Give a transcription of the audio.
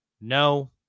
no